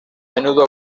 menudo